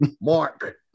Mark